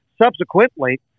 Subsequently